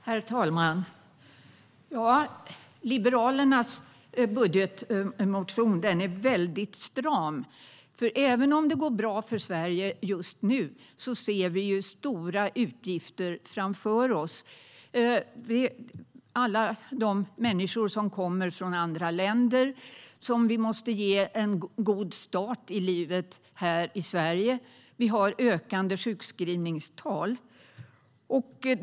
Herr talman! Liberalernas budgetmotion är väldigt stram. Även om det går bra för Sverige just nu ser vi nämligen att vi har stora utgifter framför oss. Det handlar om alla människor som kommer från andra länder och som vi måste ge en god start på livet här i Sverige. Vi har också ökande sjukskrivningstal.